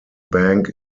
bank